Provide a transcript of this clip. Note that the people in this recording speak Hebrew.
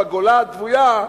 בגולה הדוויה,